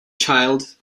child